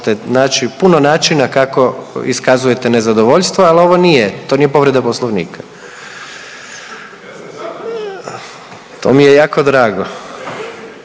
naći puno načina kako iskazujete nezadovoljstvo, ali ovo nije, to nije povreda Poslovnika. …/Upadica